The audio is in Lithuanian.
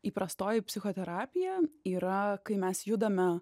įprastoji psichoterapija yra kai mes judame